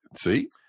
see